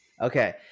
Okay